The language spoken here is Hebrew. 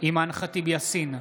אימאן ח'טיב יאסין,